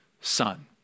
Son